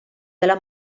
della